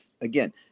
again